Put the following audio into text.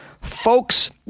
folks